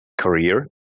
career